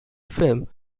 film